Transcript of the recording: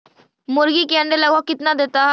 मुर्गी के अंडे लगभग कितना देता है?